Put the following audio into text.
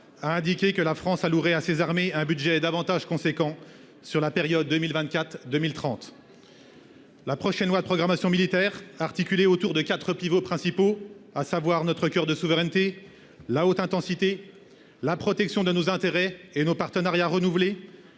a indiqué que la France a louerait à ses armées un budget davantage conséquent sur la période 2024 2030. La prochaine loi de programmation militaire articulée autour de 4. Pivot principaux, à savoir notre coeur de souveraineté la haute intensité. La protection de nos intérêts et nos partenariats renouvelé.